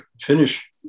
finish